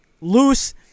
loose